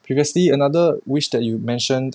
previously another wish that you mentioned